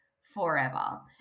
forever